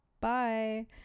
Bye